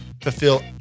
fulfill